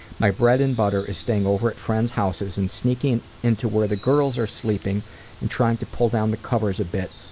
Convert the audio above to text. my bread and butter is staying over at friends' houses and sneaking into where the girls are sleeping and trying to pull down the covers a bit,